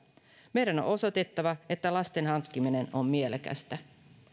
meidän on osoitettava että lasten hankkiminen on mielekästä